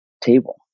table